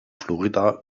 florida